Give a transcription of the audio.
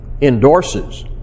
endorses